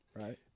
right